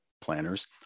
planners